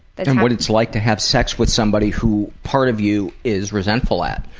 and what it's like to have sex with somebody who part of you is resentful at.